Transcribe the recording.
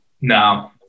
no